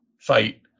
fight